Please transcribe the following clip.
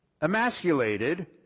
emasculated